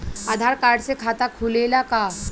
आधार card से खाता खुले ला का?